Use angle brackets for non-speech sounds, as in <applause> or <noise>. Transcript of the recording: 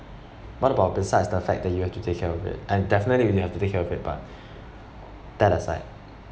what about besides the fact that you have to take care of it and definitely you have to take care of it but <breath> that aside